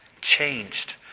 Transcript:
changed